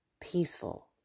peaceful